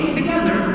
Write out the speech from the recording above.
together